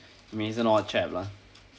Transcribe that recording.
means an odd traveller